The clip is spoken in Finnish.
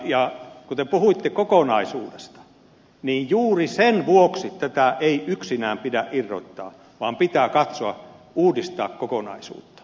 kun te puhuitte kokonaisuudesta niin juuri sen vuoksi tätä ei yksinään pidä irrottaa vaan pitää katsoa uudistaa kokonaisuutta